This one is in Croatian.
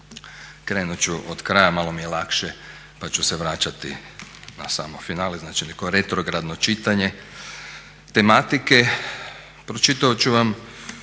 krenut ću od kraja malo mi je lakše, pa ću se vraćati na samo finale, znači neko retrogradno čitanje tematike. Pročitat ću vam